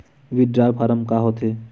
Withdrawal form का होथे?